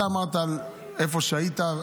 אתה אמרת איפה היית,